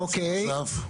אוקיי.